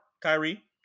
Kyrie